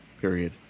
period